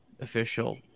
official